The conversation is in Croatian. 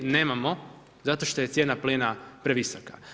Nemamo, zato što je cijena plina previsoka.